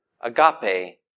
agape